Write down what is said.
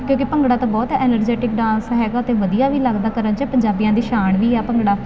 ਕਿਉਂਕਿ ਭੰਗੜਾ ਤਾਂ ਬਹੁਤ ਹ ਐਨਰਜੈਟਿਕ ਡਾਂਸ ਹੈਗਾ ਤੇ ਵਧੀਆ ਵੀ ਲੱਗਦਾ ਘਰਾਂ ਚ ਪੰਜਾਬੀਆਂ ਦੀ ਸ਼ਾਨ ਵੀ ਆ ਭੰਗੜਾ ਅਤੇ ਫਿਰ ਮੈਂ ਸ਼ੁਰੂ ਕਰ ਲਿਆ ਫਿਰ